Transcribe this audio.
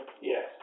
Yes